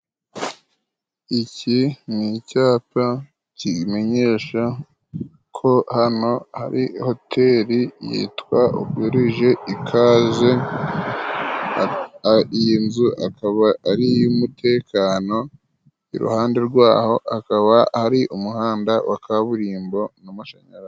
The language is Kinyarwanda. Iki ni icyapa kimenyesha ko hano hari hoteli yitwa ugurije ikaze ari iyi nzu akaba ari iy'umutekano iruhande rwaho akaba ari umuhanda wa kaburimbo n'amashanyarazi.